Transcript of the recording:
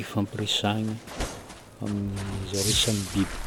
ifampiresahany amin'ny-zareo samy biby.